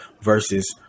versus